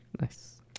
Nice